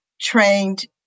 trained